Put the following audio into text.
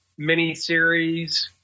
miniseries